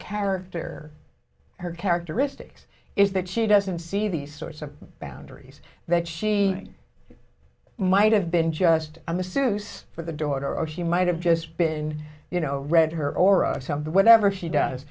character her characteristics is that she doesn't see these sorts of boundaries that she might have been just i'm assuming for the daughter or she might have just been you know read her or of some of the whatever she does